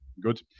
good